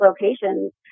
locations